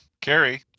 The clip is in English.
Carrie